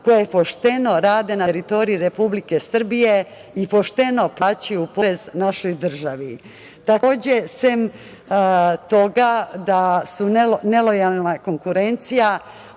koje pošteno rade na teritoriji Republike Srbije i pošteno plaćaju porez našoj državi. Sem toga da su nelojalna konkurencija,